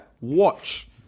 Watch